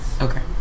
Okay